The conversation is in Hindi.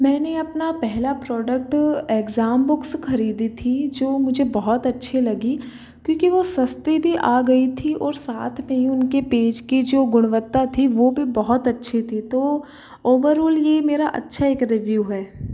मैंने अपना पहला प्रोडक्ट एग्जाम बुक्स खरीदी थी जो मुझे बहुत अच्छी लगी क्योंकि वह सस्ती भी आ गयी थी और साथ में ही उनके पेज की जो गुणवत्ता थी वह भी बहुत अच्छी थी तो ओवरओल यह मेरा अच्छा एक रिव्यू है